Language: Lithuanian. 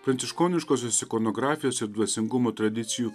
pranciškoniškosios ikonografijos ir dvasingumo tradicijų